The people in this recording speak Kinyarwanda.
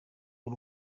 w’u